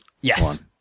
Yes